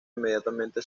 inmediatamente